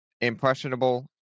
impressionable